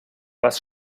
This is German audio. was